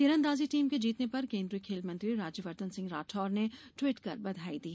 तीरअंदाजी team के जीतने पर केन्द्रीय खेल मंत्री राज्यवर्धन सिंह राठौर ने टवीट कर बधाई दी